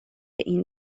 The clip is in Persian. این